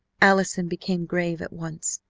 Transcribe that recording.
allison became grave at once.